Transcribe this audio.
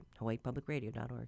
hawaiipublicradio.org